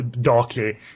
darkly